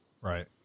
Right